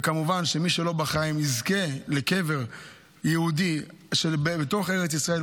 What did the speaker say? וכמובן שמי שלא בחיים יזכה לקבר יהודי בתוך ארץ ישראל,